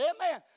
Amen